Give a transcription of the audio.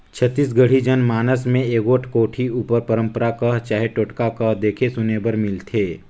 छत्तीसगढ़ी जनमानस मे एगोट कोठी उपर पंरपरा कह चहे टोटका कह देखे सुने बर मिलथे